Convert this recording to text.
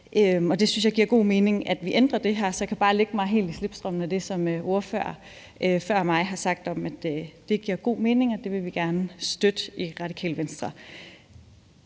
det giver god mening, at vi ændrer det her, så jeg kan bare lægge mig helt i slipstrømmen af det, som ordførere før mig har sagt om det. Det vil vi gerne støtte i Radikale Venstre.